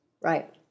Right